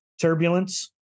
turbulence